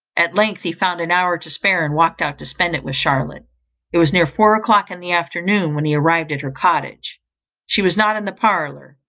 at length he found an hour to spare, and walked out to spend it with charlotte it was near four o'clock in the afternoon when he arrived at her cottage she was not in the parlour,